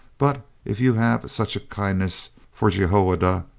but if you have such a kindness for jehoiada,